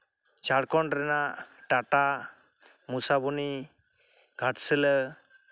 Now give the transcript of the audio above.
ᱡᱷᱟᱲᱠᱷᱚᱸᱰ ᱨᱮᱱᱟᱜ ᱴᱟᱴᱟ ᱢᱩᱥᱟᱵᱚᱱᱤ ᱜᱷᱟᱴᱥᱤᱞᱟᱹ